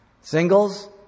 Singles